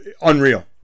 unreal